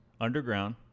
underground